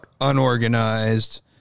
unorganized